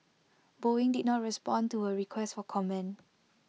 boeing did not respond to A request for comment